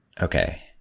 Okay